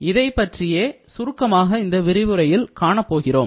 இதைப் பற்றியே சுருக்கமாக இந்தப் விரிவுரையில் காணப்போகிறோம்